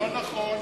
לא נכון.